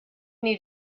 need